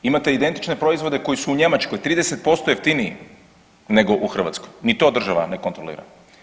Imate identične proizvode koji su u Njemačkoj 30% jeftiniji nego u Hrvatskoj, ni to država ne kontrolira.